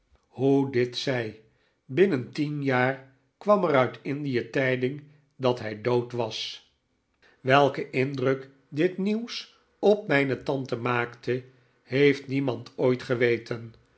hoe dit zij binnen tien jaar kwam er uit indie tijding dat hij dood was welken indruk dit nieuws op mijn tante maakte heeft niemand ooit geweten